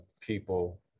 people